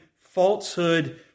falsehood